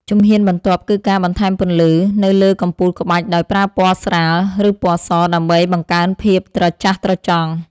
ជំហានបន្ទាប់គឺការបន្ថែមពន្លឺ នៅលើកំពូលក្បាច់ដោយប្រើពណ៌ស្រាល ឬពណ៌ស ដើម្បីបង្កើនភាពត្រចះត្រចង់។